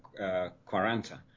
quaranta